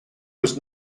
was